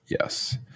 Yes